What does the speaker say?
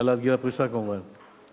העלאת גיל הפרישה, כמובן.